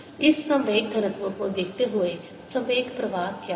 इस संवेग घनत्व को देखते हुए संवेग प्रवाह क्या है